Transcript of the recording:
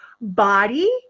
body